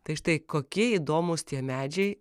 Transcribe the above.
tai štai kokie įdomūs tie medžiai